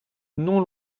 non